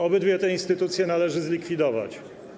Obydwie te instytucje należy zlikwidować.